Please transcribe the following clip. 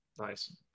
Nice